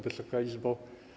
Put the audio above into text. Wysoka Izbo!